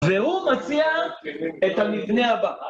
והוא מציע את המבנה הבא.